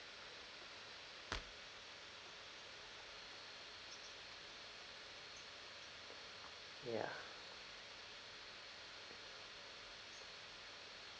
ya